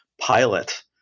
pilot